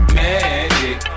magic